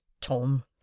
Tom